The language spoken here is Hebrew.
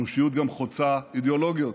אנושיות גם חוצה אידיאולוגיות.